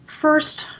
First